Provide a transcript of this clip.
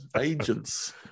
agents